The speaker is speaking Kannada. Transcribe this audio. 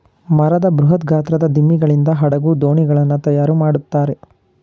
ಮರದ ಬೃಹತ್ ಗಾತ್ರದ ದಿಮ್ಮಿಗಳಿಂದ ಹಡಗು, ದೋಣಿಗಳನ್ನು ತಯಾರು ಮಾಡುತ್ತಾರೆ